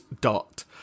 dot